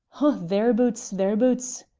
oh, thereaboots, thereaboots,